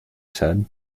said